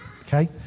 okay